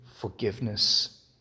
forgiveness